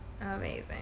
Amazing